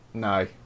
No